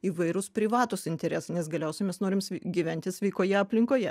įvairūs privatūs interesai nes galiausiai mes norim gyventi sveikoje aplinkoje